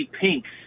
pinks